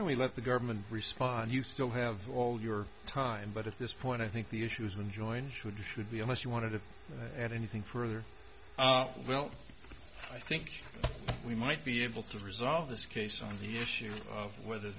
don't we let the government respond you still have all your time but at this point i think the issue is when joined should should be unless you want to add anything further well i think we might be able to resolve this case on the issue of whether